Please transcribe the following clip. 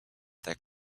that